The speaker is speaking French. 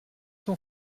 son